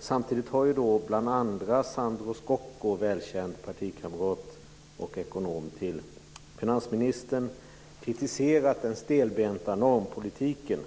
Samtidigt har bl.a. Sandro Scocco, välkänd ekonom och partikamrat till finansministern, kritiserat den stelbenta normpolitiken.